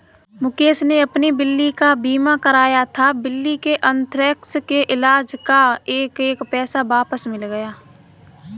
मुकेश ने अपनी बिल्ली का बीमा कराया था, बिल्ली के अन्थ्रेक्स के इलाज़ का एक एक पैसा वापस मिल गया